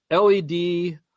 LED